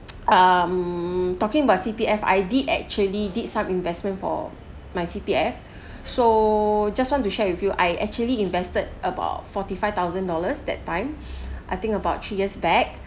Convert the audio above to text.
um talking about C_P_F I did actually did some investment for my C_P_F so just want to share with you I actually invested about forty five thousand dollars that time I think about three years back